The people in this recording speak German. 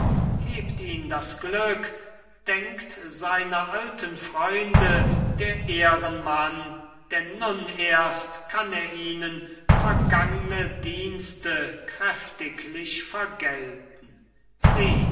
hebt ihn das glück denkt seiner alten freunde der ehrenmann denn nun erst kann er ihnen vergangne dienste kräftiglich vergelten sieh